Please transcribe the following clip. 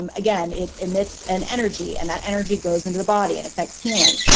um again, it emits an energy, and that energy goes into the body and affects healing.